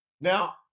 Now